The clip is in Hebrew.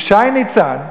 כי שי ניצן,